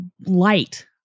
light